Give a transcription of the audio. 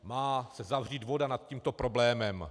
Má se zavřít voda nad tímto problémem.